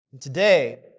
Today